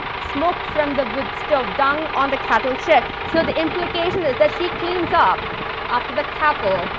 smoke from the wood stove, dung on the cattle shed. so, the implication is that she cleans up after the cattle,